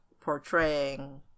portraying